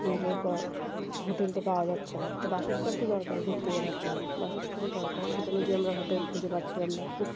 বেরোনোর পর হোটেল তো পাওয়া যাচ্ছে না একটা বাসস্থান তো দরকার ঘুরতে যাওয়ার জন্য বাসস্থান দরকার সেখানে গিয়ে আমরা হোটেল খুঁজে পাচ্ছিলাম না খুব